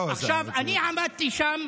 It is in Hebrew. לא, זה, אני עמדתי שם.